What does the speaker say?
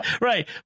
Right